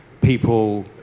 people